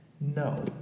No